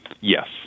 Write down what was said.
Yes